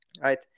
right